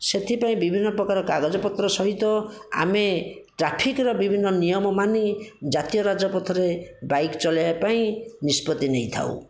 ସେଥିପାଇଁ ବିଭିନ୍ନ ପ୍ରକାର କାଗଜପତ୍ର ସହିତ ଆମେ ଟ୍ରାଫିକ୍ର ବିଭିନ୍ନ ନିୟମ ମାନି ଜାତୀୟ ରାଜପଥରେ ବାଇକ୍ ଚଳାଇବା ପାଇଁ ନିଷ୍ପତି ନେଇଥାଉ